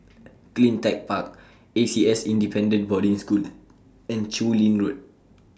CleanTech Park A C S Independent Boarding School and Chu Lin Road